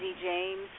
James